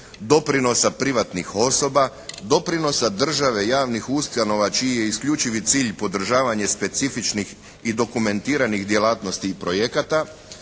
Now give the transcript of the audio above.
doprinosa privatnih osoba, doprinosa države i javnih ustanova čiji je isključivi cilj podržavanje specifičnih i dokumentiranih djelatnosti i projekata,